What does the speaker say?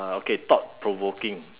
okay thought provoking